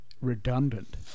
redundant